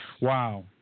Wow